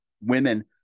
women